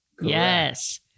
Yes